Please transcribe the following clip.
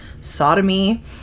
sodomy